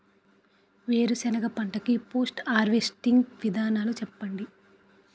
వేరుసెనగ పంట కి పోస్ట్ హార్వెస్టింగ్ విధానాలు చెప్పండీ?